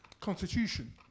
constitution